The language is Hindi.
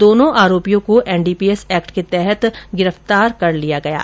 दोनो आरोपियों को एनडीपीएस एक्ट के तहत गिरफ्तार किया है